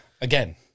again